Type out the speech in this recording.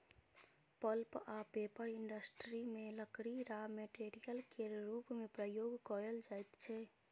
pulp आ paper industry मे लकड़ी राँ मेटेरियल केर रुप मे प्रयोग कएल जाइत छै